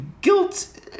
guilt